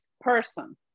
person